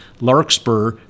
Larkspur